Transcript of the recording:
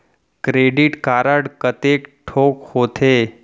Credit card कतेक ठोक होथे?